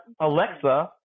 Alexa